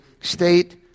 state